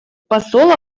посол